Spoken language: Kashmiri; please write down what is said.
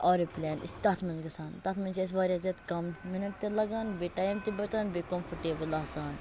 اوریپلین أسۍ چھِ تَتھ مَنٛز گَژھان تَتھ مَنٛز چھِ اَسہِ واریاہ زیادٕ کَم مِنَٹ تہِ لَگان بیٚیہِ ٹایِم تہِ بَچان بیٚیہِ کِمفٲٹیبل آسان